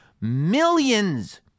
millions